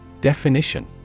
Definition